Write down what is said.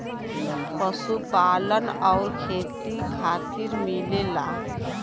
पशुपालन आउर खेती खातिर मिलेला